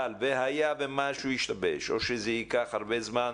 אבל והיה ומשהו השתבש, או שזה ייקח הרבה זמן,